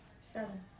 Seven